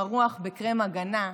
מרוח בקרם הגנה,